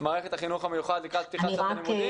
מערכת החינוך המיוחד לפתיחת שנת הלימודים